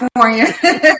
California